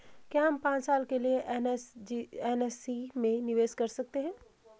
क्या हम पांच साल के लिए एन.एस.सी में निवेश कर सकते हैं?